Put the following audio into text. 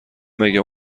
مگه